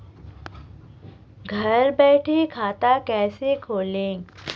घर बैठे खाता कैसे खोलें?